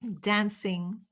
dancing